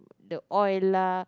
the oil lah